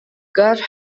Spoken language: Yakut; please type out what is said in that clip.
үлэлээн